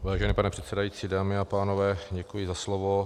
Vážený pane předsedající, dámy a pánové, děkuji za slovo.